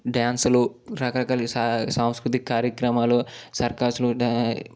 డ్యాన్సులు రకరకాల స సంస్కృతి కార్యక్రమాలు సర్కస్లు డా